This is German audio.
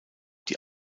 die